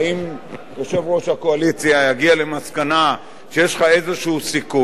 אם יושב-ראש הקואליציה יגיע למסקנה שיש לך איזה סיכוי,